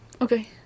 Okay